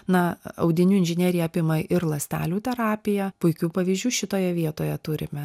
na audinių inžinerija apima ir ląstelių terapiją puikių pavyzdžių šitoje vietoje turime